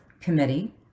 committee